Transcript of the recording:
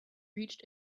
reached